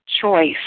choice